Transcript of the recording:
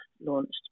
launched